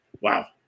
Wow